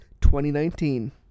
2019